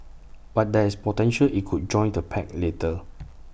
but there's potential IT could join the pact later